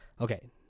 Okay